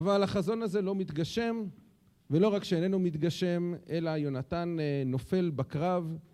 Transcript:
אבל החזון הזה לא מתגשם, ולא רק שאיננו מתגשם, אלא יונתן נופל בקרב